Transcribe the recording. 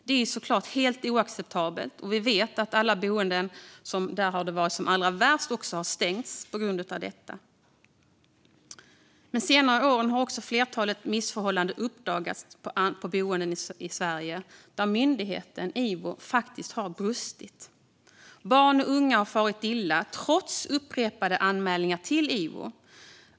Det är såklart helt oacceptabelt, och vi vet att boenden där det har varit som allra värst också har stängts på grund av detta. De senaste åren har ett flertal missförhållanden uppdagats på boenden i Sverige där myndigheten Ivo faktiskt har brustit. Barn och unga har farit illa trots upprepade anmälningar till Ivo.